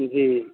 जी